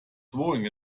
throwing